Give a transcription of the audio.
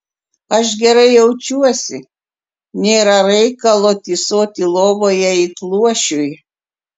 aš gerai jaučiuosi nėra reikalo tysoti lovoje it luošiui